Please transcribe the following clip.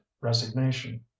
resignation